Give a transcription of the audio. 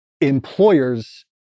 employers